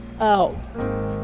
out